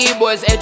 boys